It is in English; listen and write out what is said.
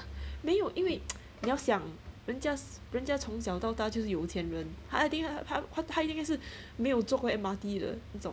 没有因为 你要想人家人家从小到大就是有钱人他他他一定是没有做过 M_R_T 的那种